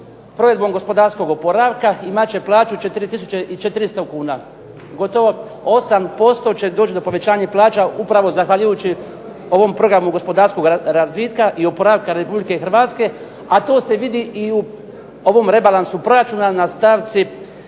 provedbom gospodarskog oporavka imat će plaću 4400 kuna. Gotovo 8% će doći do povećanja plaća upravo zahvaljujući ovom programu gospodarskog razvitka i oporavka Republike Hrvatske, a to se vidi i u ovom rebalansu proračuna na stavci